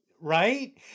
Right